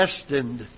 destined